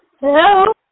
Hello